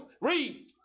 Read